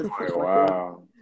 Wow